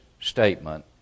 statement